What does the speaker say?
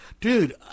dude